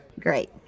Great